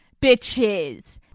bitches